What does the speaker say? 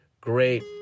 great